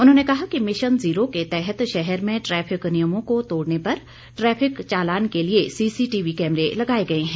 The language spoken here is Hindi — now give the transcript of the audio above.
उन्होंने कहा कि मिशन जीरो के तहत शहर में ट्रैफिक नियमों को तोड़ने पर ट्रैफिक चालान के लिए सीसीटीवी कैमरे लगाए गए है